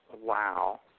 Wow